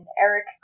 Eric